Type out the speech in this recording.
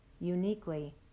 uniquely